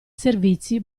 servizi